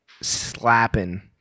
slapping